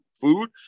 food